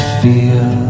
feel